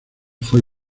fue